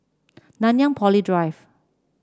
Nanyang Poly Drive